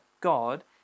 God